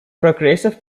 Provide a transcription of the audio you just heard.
progressive